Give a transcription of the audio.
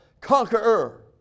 conqueror